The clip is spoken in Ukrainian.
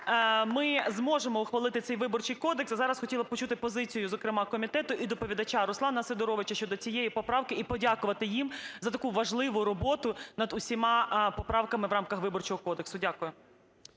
ми зможемо ухвалити цей Виборчий кодекс. А зараз хотіла б почути позицію, зокрема комітету і доповідача Руслана Сидоровича, щодо цієї поправки і подякувати їм за таку важливу роботу над усіма поправками в рамках Виборчого кодексу. Дякую.